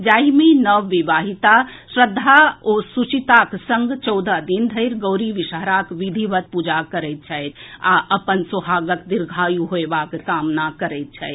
जाहि मे नव विवाहिता श्रद्वापूर्वक ओ सूचिताक संग चौदह दिन धरि गौरी विषहराक विधिवत पूजा करैत छथि आ अपन सोहागक दीर्घायुक कामनाक करैत छथि